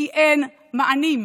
כי אין מענים.